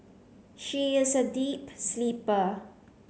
she is a deep sleeper